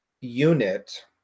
unit